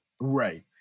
Right